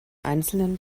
einzelnen